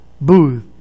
booth